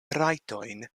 rajtojn